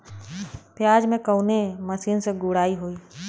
प्याज में कवने मशीन से गुड़ाई होई?